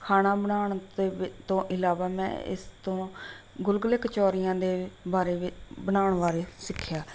ਖਾਣਾ ਬਣਾਉਣ ਅਤੇ ਵ ਤੋਂ ਇਲਾਵਾ ਮੈਂ ਇਸ ਤੋਂ ਗੁਲਗੁਲੇ ਕਚੌਰੀਆਂ ਦੇ ਬਾਰੇ ਵੀ ਬਣਾਉਣ ਬਾਰੇ ਸਿੱਖਿਆ